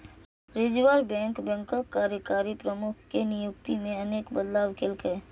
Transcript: reserve bank बैंकक कार्यकारी प्रमुख के नियुक्ति मे अनेक बदलाव केलकै